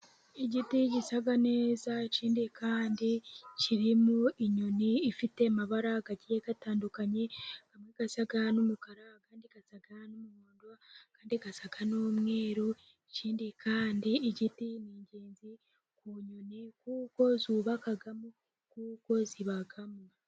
Igiti gisa neza. Ikindi kandi kirimo inyoni ifite amabara agiye atandukanye. Amwe asa n'umukara, andi asa n'umuhondo. Andi asa n'umweru. Ikindi kandi igiti ni ingenzi ku nyoni kuko zubakamo kuko zibamo.